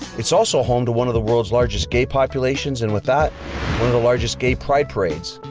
it's also home to one of the world's largest gay populations and with that one of the largest gay pride parades.